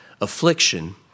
Affliction